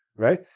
right?